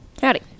howdy